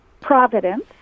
providence